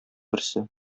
берсе